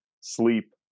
sleep